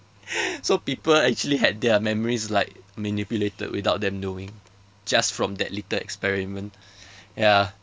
so people actually had their memories like manipulated without them knowing just from that little experiment ya